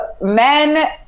men